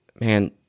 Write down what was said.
Man